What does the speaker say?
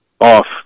off